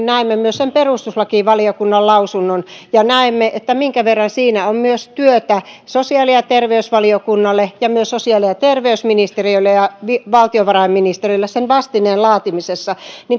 näemme myös sen perustuslakivaliokunnan lausunnon ja näemme minkä verran siinä on myös työtä sosiaali ja terveysvaliokunnalle ja myös sosiaali ja terveysministeriölle ja valtiovarainministeriölle sen vastineen laatimisessa